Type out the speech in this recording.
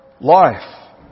life